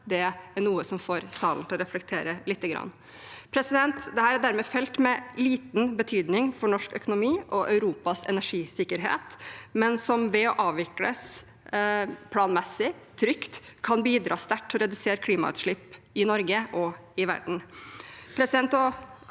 det er noe som får salen til å reflektere lite grann. Dette er dermed felt med liten betydning for norsk økonomi og Europas energisikkerhet, men som ved å avvikles planmessig og trygt kan bidra sterkt til å redusere klimautslipp i Norge og i verden.